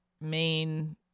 main